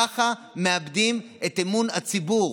ככה מאבדים את אמון הציבור.